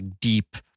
deep